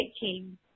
team